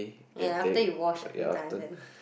ya after you wash a few times then